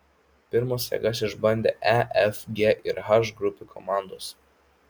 pirmos jėgas išbandė e f g ir h grupių komandos